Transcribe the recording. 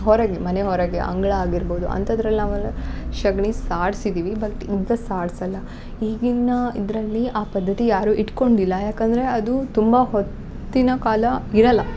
ಹೊರಗೆ ಮನೆ ಹೊರಗೆ ಅಂಗಳ ಆಗಿರ್ಬೌದು ಅಂಥದ್ರಲ್ಲಿ ನಾವೆಲ್ಲ ಸಗ್ಣಿ ಸಾರ್ಸಿದ್ದೀವಿ ಬಟ್ ಈಗ ಸಾರ್ಸಲ್ಲ ಈಗಿನ ಇದರಲ್ಲಿ ಆ ಪದ್ಧತಿ ಯಾರು ಇಟ್ಕೊಂಡಿಲ್ಲ ಯಾಕೆಂದರೆ ಅದು ತುಂಬ ಹೊತ್ತಿನ ಕಾಲ ಇರಲ್ಲ